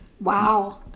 Wow